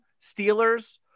Steelers